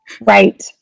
Right